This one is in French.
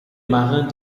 marins